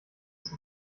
ist